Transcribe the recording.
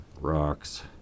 rocks